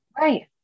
Right